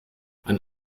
ein